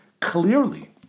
Clearly